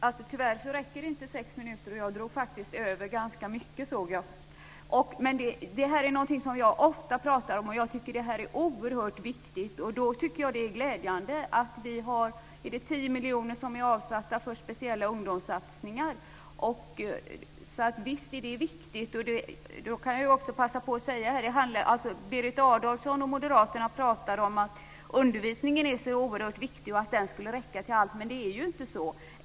Fru talman! Tyvärr räcker inte sex minuter, och jag drog faktiskt över tiden ganska mycket. Men det här är någonting som jag ofta pratar om. Jag tycker att det är oerhört viktigt. Det är därför glädjande att vi har 10 miljoner avsatta för speciella ungdomssatsningar. Visst är detta viktigt. Berit Adolfsson och moderaterna pratar om att undervisningen är så oerhört viktig och att den skulle räcka till allt, men det är ju inte så.